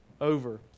over